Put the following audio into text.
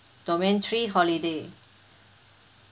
domain three holiday